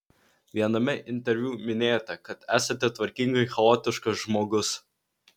viename interviu minėjote kad esate tvarkingai chaotiškas žmogus